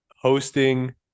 hosting